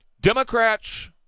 Democrats